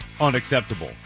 unacceptable